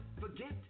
forget